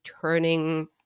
turning